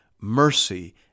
mercy